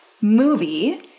movie